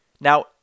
Now